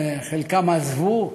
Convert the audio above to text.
וחלקם עזבו,